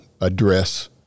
address